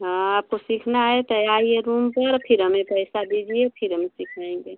हाँ आपको सीखना है तो आइए रूम पर फिर हमें पैसा दीजिए फिर हम सिखाएँगे